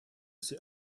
see